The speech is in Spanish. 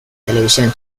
televisión